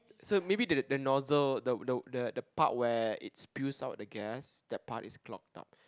so maybe the the nozzle the the the part where it spews out the gas the part is clogged up